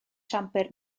siambr